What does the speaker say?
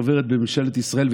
עוברת בממשלת ישראל,